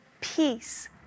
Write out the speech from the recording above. peace